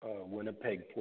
Winnipeg